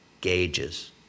gauges